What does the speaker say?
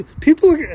people